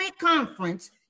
conference